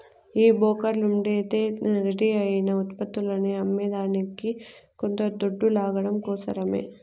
ఈ బోకర్లుండేదే రెడీ అయిన ఉత్పత్తులని అమ్మేదానికి కొంత దొడ్డు లాగడం కోసరమే